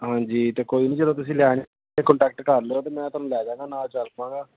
ਹਾਂਜੀ ਅਤੇ ਕੋਈ ਨਹੀਂ ਜਦੋਂ ਤੁਸੀਂ ਲੈਣੀ ਤਾਂ ਕੋਂਟੈਕਟ ਕਰ ਲਿਓ ਤਾਂ ਮੈਂ ਤੁਹਾਨੂੰ ਲੈ ਜਾਂਗਾ ਨਾਲ ਚਲ ਪਾਂਗਾ